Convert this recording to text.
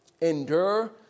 endure